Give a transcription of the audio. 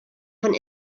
von